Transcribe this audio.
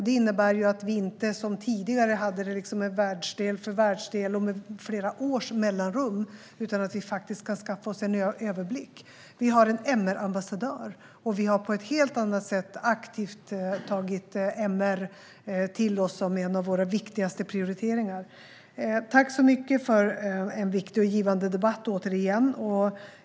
Det innebär att det inte kommer att vara som tidigare då vi rapporterade om världsdel för världsdel med flera års mellanrum, utan vi kommer faktiskt att kunna skaffa oss en överblick. Vi har en MR-ambassadör, och vi har på ett helt annat sätt aktivt tagit MR till oss som en av våra viktigaste prioriteringar. Tack så mycket för en viktig och givande debatt!